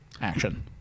action